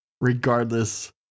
regardless